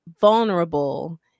vulnerable